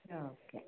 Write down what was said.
ಹಾಂ ಓಕೆ